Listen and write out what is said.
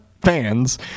fans